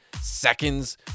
seconds